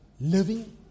living